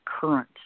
current